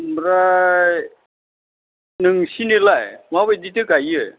ओमफ्राय नोंसिनिलाय माबायदिथो गायो